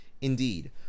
Indeed